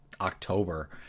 October